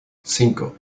cinco